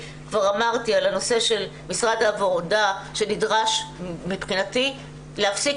כבר אמרתי על הנושא של משרד העבודה שנדרש מבחינתי להפסיק